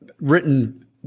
written